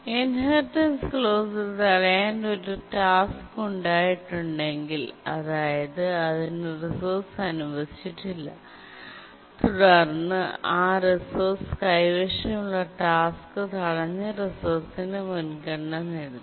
inheritance ക്ലോസിൽ തടയാൻ ഒരു ടാസ്ക് ഉണ്ടാക്കിയിട്ടുണ്ടെങ്കിൽ അതായത് അതിന് റിസോഴ്സ് അനുവദിച്ചിട്ടില്ല തുടർന്ന് ആ റിസോഴ്സ് കൈവശമുള്ള ടാസ്ക് തടഞ്ഞ റിസോഴ്സിന്റെ മുൻഗണന നേടുന്നു